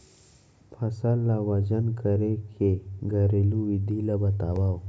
फसल ला वजन करे के घरेलू विधि ला बतावव?